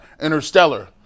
Interstellar